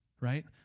right